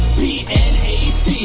p-n-a-c